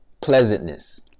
Pleasantness